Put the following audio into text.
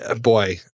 Boy